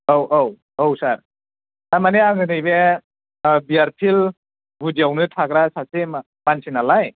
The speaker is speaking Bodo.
औ औ औ सार तारमाने आङो नैबे बिआरपिएल गुदियावनो थाग्रा सासे मानसिनालाय